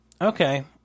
okay